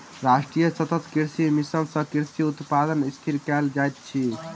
राष्ट्रीय सतत कृषि मिशन सँ कृषि उत्पादन स्थिर कयल जाइत अछि